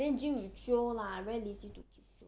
then gym 你 jio lah I very lazy to go